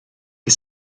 che